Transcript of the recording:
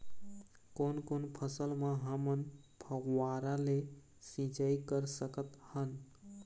कोन कोन फसल म हमन फव्वारा ले सिचाई कर सकत हन?